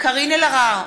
קארין אלהרר,